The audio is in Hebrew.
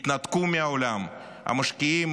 התנתקו מהעולם, המשקיעים